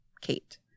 Kate